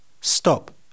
Stop